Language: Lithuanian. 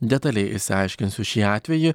detaliai išsiaiškinsiu šį atvejį